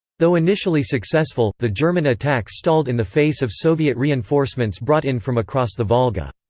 though initially successful, the german attacks stalled in the face of soviet reinforcements brought in from across the volga.